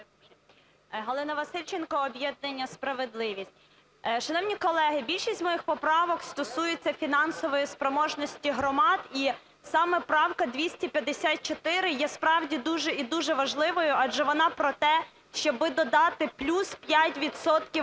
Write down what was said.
Галина Васильченко об'єднання "Справедливість". Шановні колеги, більшість моїх поправок стосуються фінансової спроможності громад. І саме правка 254 є справді дуже і дуже важливою, адже вона про те, щоб додати плюс 5